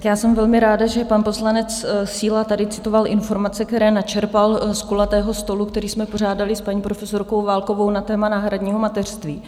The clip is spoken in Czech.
Tak já jsem velmi ráda, že pan poslanec Síla tady citoval informace, které načerpal z kulatého stolu, který jsme pořádaly s paní profesorkou Válkovou na téma náhradního mateřství.